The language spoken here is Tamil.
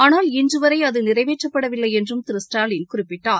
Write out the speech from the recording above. ஆனால்இன்று வரை அது நிறைவேற்றப்படவில்லை என்றும் திரு ஸ்டாலின் குறிப்பிட்டார்